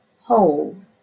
hold